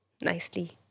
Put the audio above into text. nicely